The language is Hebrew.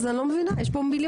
אין חוות דעת, אין מנגנון.